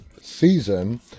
season